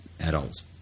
Adults